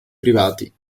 privati